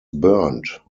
burned